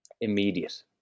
Immediate